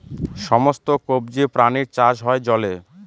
সমস্ত কবজি প্রাণীর চাষ হয় জলে